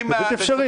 זה בלתי אפשרי.